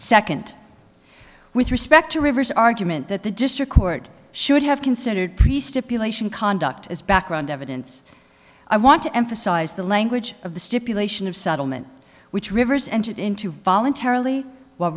second with respect to river's argument that the district court should have considered priest appeal ation conduct as background evidence i want to emphasize the language of the stipulation of settlement which rivers entered into voluntarily w